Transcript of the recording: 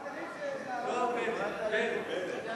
פלד.